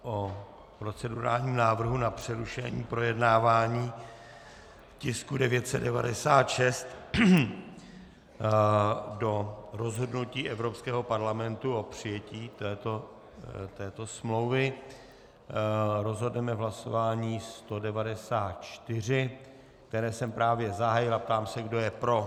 O procedurálním návrhu na přerušení projednávání tisku 996 do rozhodnutí Evropského parlamentu o přijetí této smlouvy rozhodneme v hlasování 194, které jsem právě zahájil, a ptám se, kdo je pro.